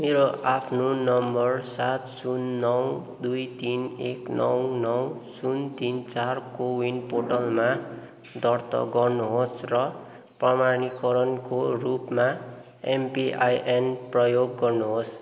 मेरो आफ्नो नम्बर सात शून्य नौ दुई तिन एक नौ नौ शून्य तिन चार कोविन पोर्टलमा दर्ता गर्नुहोस् र प्रमाणीकरणको रूपमा एमपिआइएन प्रयोग गर्नुहोस्